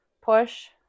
push